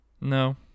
No